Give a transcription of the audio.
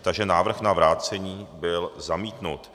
Takže návrh na vrácení byl zamítnut.